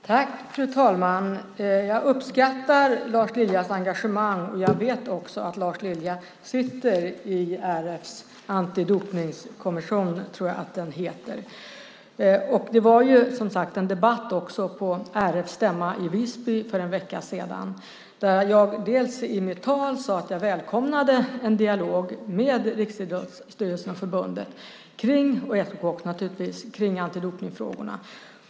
Fru talman! Jag uppskattar Lars Liljas engagemang. Jag vet också att Lars Lilja sitter i RF:s antidopningskommission, som jag tror att den heter. Det var som sagt en debatt också på RF:s stämma i Visby för en vecka sedan, där jag i mitt tal sade att jag välkomnade en dialog med Riksidrottsstyrelsen och förbundet, och SOK naturligtvis, om antidopningsfrågorna.